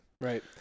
Right